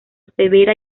severa